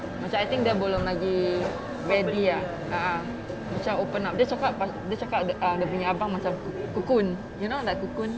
macam I think dia belum lagi ready ah ah ah macam open up dia cakap dia cakap dia punya abang macam uh cocoon you know the cocoon